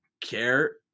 care